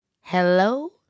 hello